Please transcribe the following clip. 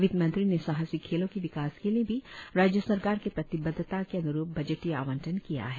वित्तमंत्री ने साहसिक खेलों के विकास के लिए भी राज्य सरकार के प्रतिबद्धता के अन्रुप बजटीय आवंटन किया है